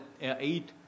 eight